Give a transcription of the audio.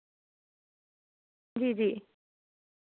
जी जी